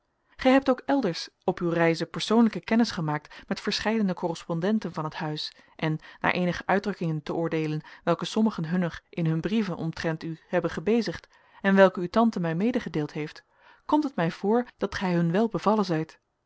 gij hebt ook elders op uw reizen persoonlijke kennis gemaakt met verscheidene correspondenten van het huis en naar eenige uitdrukkingen te oordeelen welke sommigen hunner in hun brieven omtrent u hebben gebezigd en welke uw tante mij medegedeeld heeft komt het mij voor dat gij hun wel bevallen zijt